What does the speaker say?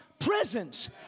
presence